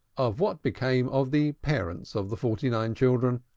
of what became of the parents of the forty-nine children.